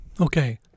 Okay